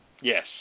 Yes